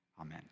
Amen